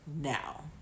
now